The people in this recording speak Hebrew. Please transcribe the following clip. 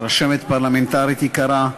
רשמת פרלמנטרית יקרה,